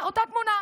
אותה תמונה.